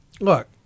Look